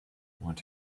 want